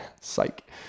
Psych